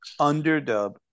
underdub